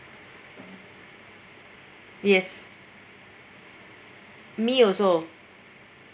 yes me also